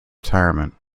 retirement